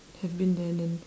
have been there then